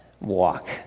walk